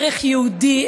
ערך יהודי,